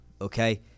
okay